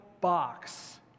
box